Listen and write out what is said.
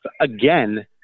again